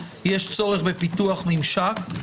יש צורך בפיתוח ממשק.